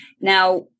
Now